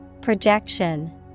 Projection